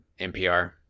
NPR